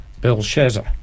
Belshazzar